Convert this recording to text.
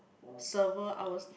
server I was